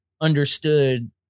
understood